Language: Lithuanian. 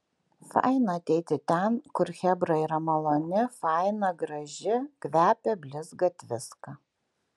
faina ateiti ten kur chebra yra maloni faina graži kvepia blizga tviska